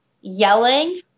yelling